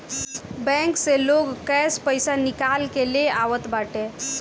bank से लोग cash पईसा निकाल के ले आवत बाटे